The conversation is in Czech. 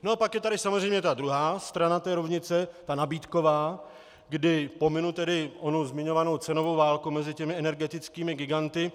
No a pak je tady samozřejmě ta druhá strana rovnice, ta nabídková, kdy pominu tedy onu zmiňovanou cenovou válku mezi těmi energetickými giganty.